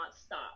stop